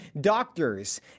doctors